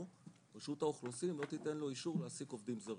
או רשות האוכלוסין לא תיתן לו אישור להעסיק עובדים זרים,